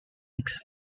mix